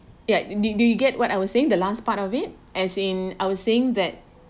ya do do you get what I was saying the last part of it as in I was saying that